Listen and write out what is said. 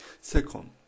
Second